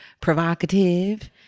provocative